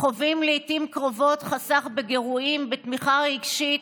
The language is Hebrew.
חווים לעיתים קרובות חסך בגירויים, בתמיכה רגשית,